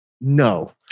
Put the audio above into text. No